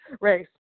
race